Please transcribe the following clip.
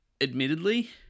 Admittedly